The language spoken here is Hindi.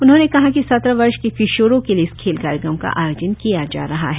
उन्होंने कहा कि सत्रह वर्ष तक के किशोरों के लिए इस खेल कार्यक्रम का आयोजन किया जा रहा है